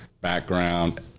background